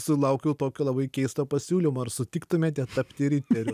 sulaukiau tokio labai keisto pasiūlymo ar sutiktumėte tapti riteriu